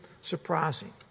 surprising